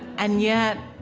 and yet